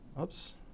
oops